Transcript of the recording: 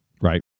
right